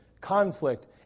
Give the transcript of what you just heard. conflict